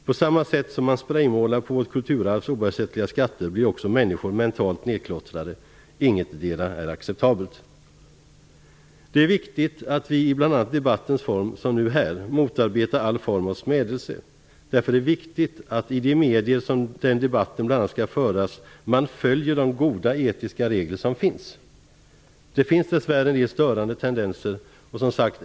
På samma sätt som vårt kulturarvs oersättliga skatter blir sprejmålade blir också människor mentalt nerklottrade -- ingetdera är acceptabelt. Det är viktigt att vi i bl.a. debattens form, som här, motarbetar alla former av smädelse. Därför är det viktigt att man i de medier där debatten skall föras följer de goda etiska regler som finns. Det finns dess värre en del störande tendenser.